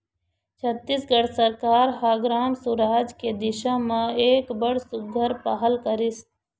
छत्तीसगढ़ सरकार ह ग्राम सुराज के दिसा म एक बड़ सुग्घर पहल करिस